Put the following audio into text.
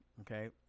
okay